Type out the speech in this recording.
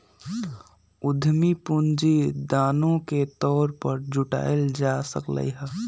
उधमी पूंजी दानो के तौर पर जुटाएल जा सकलई ह